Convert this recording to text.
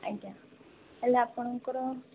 ଆଜ୍ଞା ହେଲେ ଆପଣଙ୍କର